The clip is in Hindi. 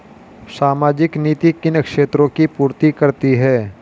सामाजिक नीति किन क्षेत्रों की पूर्ति करती है?